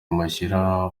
mushyira